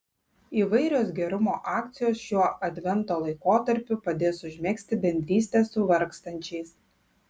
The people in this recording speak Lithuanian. įvairios gerumo akcijos šiuo advento laikotarpiu padės užmegzti bendrystę su vargstančiais